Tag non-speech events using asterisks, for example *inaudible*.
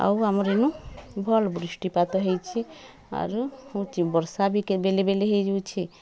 ଆଉ ଆମର ଏନୁ ଭଲ୍ ବୃଷ୍ଟିପାତ ହେଇଛି ଆରୁ *unintelligible* ବର୍ଷା ବି ବେଲେ ବେଲେ ହେଇଯାଉଛେ